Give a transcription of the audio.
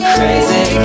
Crazy